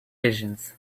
visions